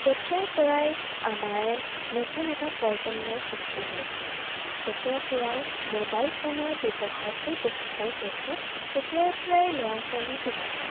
যেতিয়াৰ পৰাই আমাৰ নতুন এটা প্ৰজন্মৰ সৃষ্টি হৈছে যেতিয়াৰ পৰাই মোবাইল ফোনৰ ব্যৱহাৰবোৰ বেছিকৈ হৈছে তেতিয়াৰ পৰাই ল'ৰা ছোৱালীবিলাকে